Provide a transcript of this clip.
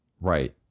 Right